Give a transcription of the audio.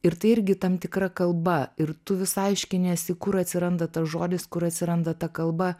ir tai irgi tam tikra kalba ir tu vis aiškiniesi kur atsiranda tas žodis kur atsiranda ta kalba